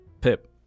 Pip